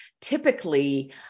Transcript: Typically